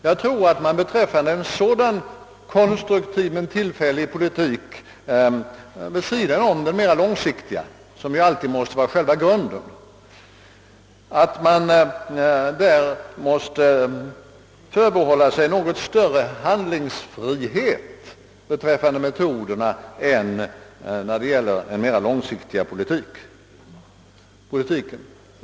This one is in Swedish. Jag tror att när det gäller en sådan konstruktiv men tillfällig politik vid sidan om den mera långsiktiga, som alltid skall vara själva grunden, måste man förbehålla sig något större handlingsfrihet beträffande metoderna än när det gäller den mera långsiktiga politiken.